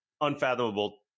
unfathomable